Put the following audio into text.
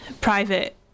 private